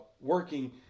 working